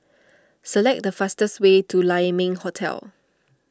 select the fastest way to Lai Ming Hotel